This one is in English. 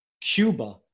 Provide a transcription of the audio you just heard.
Cuba